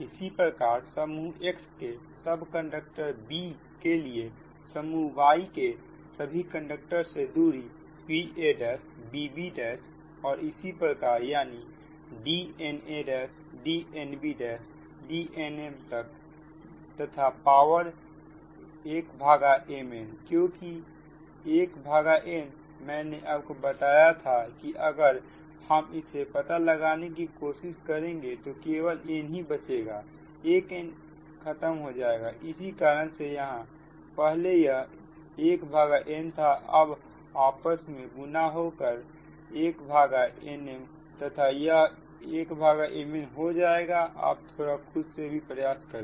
इसी प्रकार समूह X के सब कंडक्टर b के लिए समूह Y के सभी कंडक्टर से दूरी babbऔर इसी प्रकार यानी D na D nb D nmतक तथा पावर 1mn क्योंकि 1n मैंने आपको बताया था कि अगर हम इसे पता लगाने की कोशिश करेंगे तो केवल n ही बचेगा एक n खत्म हो जाएगा इसी कारण से पहले यह 1n था अब यह आपस में गुना होकर1nm तथा यह 1mn हो जाएगा आप थोड़ा खुद से भी प्रयास करें